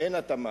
אין התאמה.